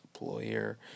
employer